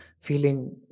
feeling